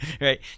Right